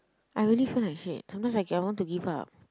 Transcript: I really feel like shit sometimes I cannot I want to give up